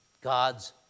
God's